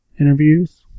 interviews